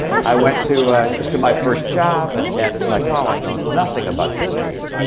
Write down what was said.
i went to to my first job. and and it's like, wow, i know nothing about business.